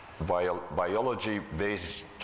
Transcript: biology-based